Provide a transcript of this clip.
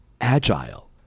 agile